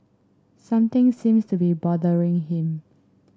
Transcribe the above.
something seems to be bothering him